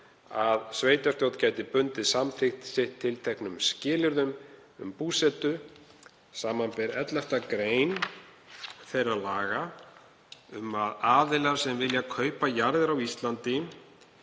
að sveitarstjórn gæti bundið samþykki sitt tilteknum skilyrðum um búsetu, samanber 11. gr. þeirra laga um að aðilar sem vilja kaupa jarðir á Íslandi